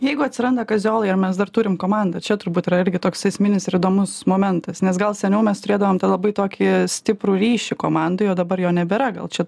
jeigu atsiranda kaziolai ar mes dar turim komandą čia turbūt yra irgi toks esminis ir įdomus momentas nes gal seniau mes turėdavom labai tokį stiprų ryšį komandoj o dabar jo nebėra gal čia